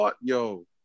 Yo